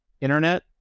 internet